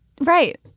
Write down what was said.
Right